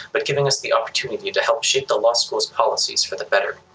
but giving us the opportunity to help shape the law schools policies for the better.